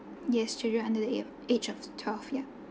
yes children under the age of twelve yeah